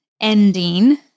ending